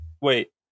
wait